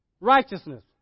Righteousness